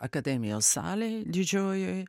akademijos salėj didžiojoj